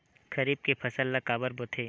खरीफ के फसल ला काबर बोथे?